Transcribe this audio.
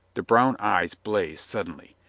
the brown eyes blazed suddenly,